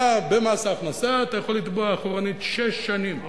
במס הכנסה אתה יכול לתבוע אחורנית שש שנים,